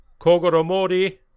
Kogoromori